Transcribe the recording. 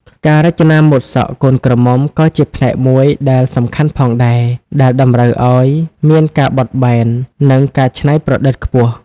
ការរចនាម៉ូដសក់កូនក្រមុំក៏ជាផ្នែកមួយដែលសំខាន់ផងដែរ ដែលតម្រូវឱ្យមានការបត់បែន និងការច្នៃប្រឌិតខ្ពស់។